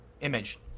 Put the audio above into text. image